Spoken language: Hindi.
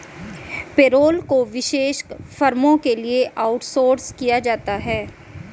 पेरोल को विशेष फर्मों के लिए आउटसोर्स किया जाता है